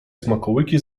smakołyki